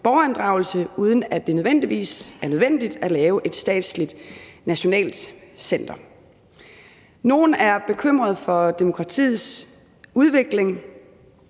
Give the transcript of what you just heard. borgerinddragelse, uden at det nødvendigvis er nødvendigt at lave et statsligt nationalt center. Nogle er bekymrede for demokratiets udvikling,